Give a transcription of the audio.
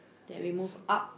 that we move up